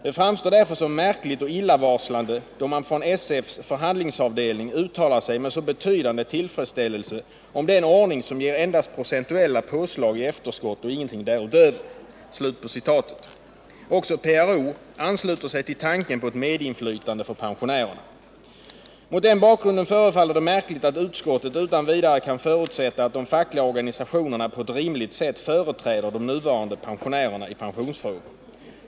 Det framstår därför som märkligt och illavarslande då man från SF:s förhandlingsavdelning uttalar sig med så betydande tillfredsställelse om den ordning som ger endast procentuella påslag i efterskott och ingenting därutöver.” Också PRO ansluter sig till tanken på ett medinflytande för pensionärerna. Mot den bakgrunden förefaller det märkligt att utskottet utan vidare kan förutsätta att de fackliga organisationerna på ett rimligt sätt företräder de nuvarande pensionärerna i pensionsfrågor.